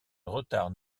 retard